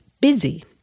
busy